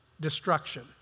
destruction